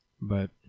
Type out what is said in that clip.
But-